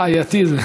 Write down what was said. זה בעייתי.